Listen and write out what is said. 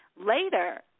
Later